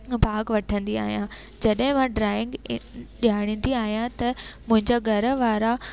भाग वठंदी आहियां जॾहिं मां ड्रॉइंग ॼाणींदी आहियां त मुंहिंजा घर वारा